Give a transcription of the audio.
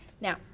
Now